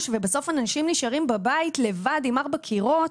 ובסוף אנשים נשארים בבית לבד עם ארבעה קירות